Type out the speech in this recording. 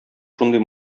шундый